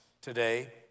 today